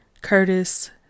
Curtis